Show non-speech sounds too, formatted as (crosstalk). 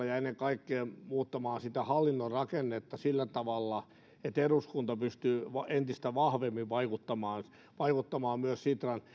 (unintelligible) ja ennen kaikkea muuttamaan hallinnon rakennetta sillä tavalla että eduskunta pystyy entistä vahvemmin vaikuttamaan vaikuttamaan myös